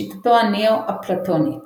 שיטתו הנאו-אפלטונית